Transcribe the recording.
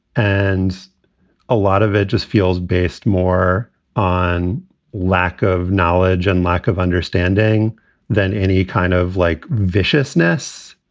and a lot of it just feels based more on lack of knowledge and lack of understanding than any kind of like viciousness.